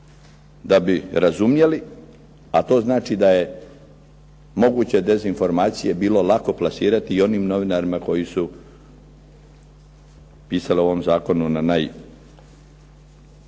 da bi razumjeli, a to znači da je moguće dezinformacije bilo lako plasirati i onim novinarima koji su pisali o ovom zakonu na